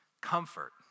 Comfort